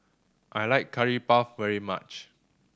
I like Curry Puff very much